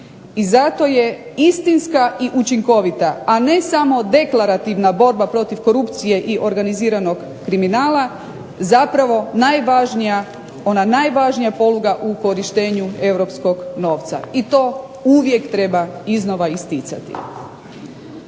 I zato je istinska i učinkovita, a ne samo deklarativna borba protiv korupcije i organiziranog kriminala zapravo ona najvažnija poluga u korištenju europskog novca i to uvijek treba iznova isticati.